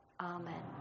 Amen